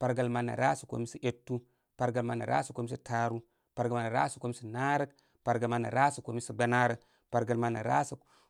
pargəl mal nə' rarək sa kome sa etu, pargəl mal nə' rarəksa kome sa taaru, pargəl mal nə rarək sa kome sa naarək, pargəl mal nə rarək sa koma sa gbanaarə, pargəl mal nə rarək sa.